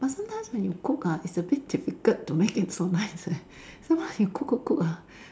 but sometimes when you cook ah it's a bit difficult to make it so nice eh sometimes you cook cook cook ah